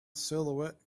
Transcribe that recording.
silhouette